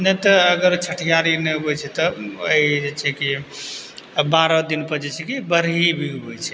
नै तऽ अगर छठियारी नहि होइ छै तब ई जे छै कि बारह दिन पर जे छै कि बरही भी होइ छै